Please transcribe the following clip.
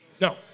No